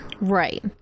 Right